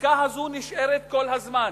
הזיקה הזאת נשארת כל הזמן.